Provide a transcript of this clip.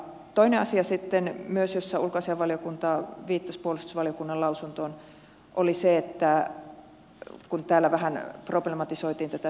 toinen asia sitten myös jossa ulkoasiainvaliokunta viittasi puolustusvaliokunnan lausuntoon oli se kun täällä vähän problematisoitiin tätä siviilisotilas tehtäväongelmaa